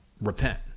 repent